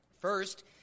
First